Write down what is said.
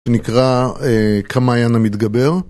נקרא כמעיין המתגבר